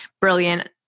brilliant